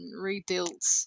rebuilt